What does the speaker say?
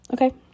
Okay